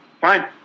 fine